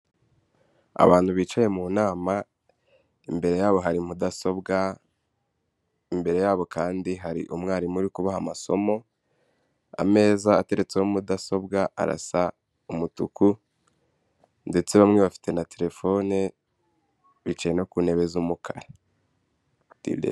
Abantu bicaye mu nama imbere yabo hari mudasobwa, imbere yabo kandi hari umwarimu uri kubaha amasomo, ameza ateretseho mudasobwa arasa umutuku ndetse bamwe bafite na terefone bicaye no ku ntebe z'umukara.